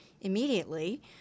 immediately